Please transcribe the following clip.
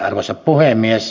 arvoisa puhemies